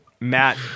Matt